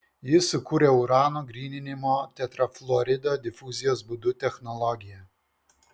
jis sukūrė urano gryninimo tetrafluorido difuzijos būdu technologiją